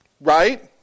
right